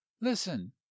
listen